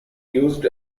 used